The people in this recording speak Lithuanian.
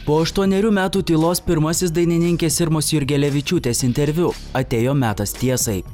po aštuonerių metų tylos pirmasis dainininkės irmos jurgelevičiūtės interviu atėjo metas tiesai